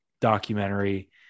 documentary